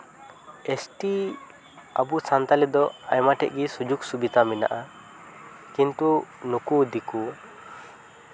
S T ᱟᱵᱚ ᱥᱟᱱᱛᱟᱞᱤ ᱫᱚ ᱟᱭᱢᱟ ᱴᱷᱮᱡ ᱜᱮ ᱥᱩᱡᱳᱜᱽ ᱥᱩᱵᱤᱫᱟ ᱢᱮᱱᱟᱜᱼᱟ ᱠᱤᱱᱛᱩ ᱱᱩᱠᱩ ᱫᱤᱠᱩ